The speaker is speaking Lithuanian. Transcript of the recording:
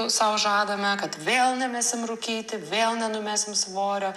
sau žadame kad vėl nemesim rūkyti vėl nenumesim svorio